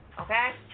Okay